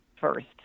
first